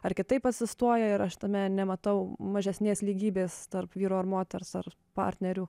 ar kitaip asistuoja ir aš tame nematau mažesnės lygybės tarp vyro ar moters ar partnerių